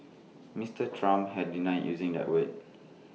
Mister Trump had denied using that word